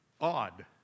Odd